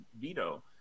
veto